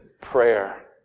prayer